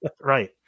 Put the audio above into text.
Right